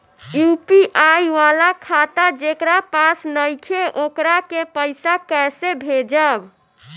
UPI वाला खाता जेकरा पास नईखे वोकरा के पईसा कैसे भेजब?